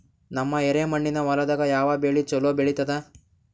ನಮ್ಮ ಎರೆಮಣ್ಣಿನ ಹೊಲದಾಗ ಯಾವ ಬೆಳಿ ಚಲೋ ಬೆಳಿತದ?